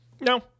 No